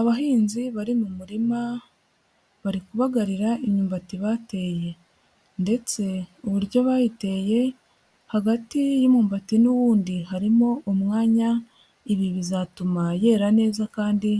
Abahinzi bari mu murima, bari kubagarira imyumbati bateye, ndetse uburyo bayiteye, hagati y'umwumbati n'uw'undi harimo umwanya, ibi bizatuma yera neza kandi